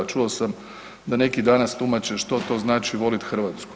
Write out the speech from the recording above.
Čuo sam da neki danas tumače što to znači volit Hrvatsku.